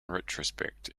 retrospect